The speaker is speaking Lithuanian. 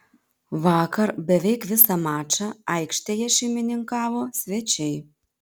vakar beveik visą mačą aikštėje šeimininkavo svečiai